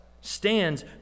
stands